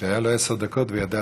שהיו לו עשר דקות וידע